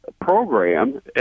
program